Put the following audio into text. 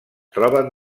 troben